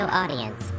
audience